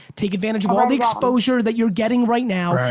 take advantage of all the exposure that you're getting right now,